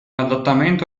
adattamento